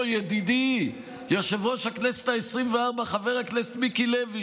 ידידי יושב-ראש הכנסת העשרים-וארבע חבר הכנסת מיקי לוי.